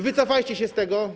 Wycofajcie się z tego.